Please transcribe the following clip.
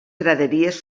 graderies